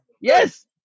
Yes